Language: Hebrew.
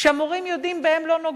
שהמורים יודעים שבהם לא נוגעים.